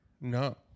No